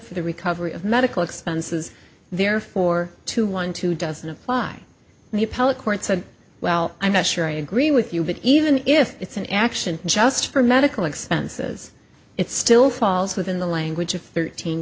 for the recovery of medical expenses therefore to one two doesn't apply the appellate court said well i'm not sure i agree with you but even if it's an action just for medical expenses it still falls within the language of thirteen